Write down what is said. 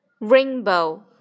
Rainbow